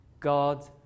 God